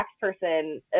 person